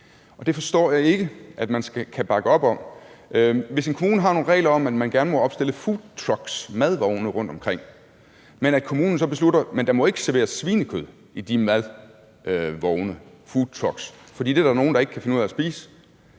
det forstår jeg ikke at man kan bakke op om. Hvis en kommune har nogle regler om, at man gerne må opstillede foodtrucks, madvogne, rundtomkring, men at kommunen så beslutter, at der ikke må serveres svinekød fra de madvogne eller foodtrucks, fordi der er nogle, der ikke kan finde ud af at spise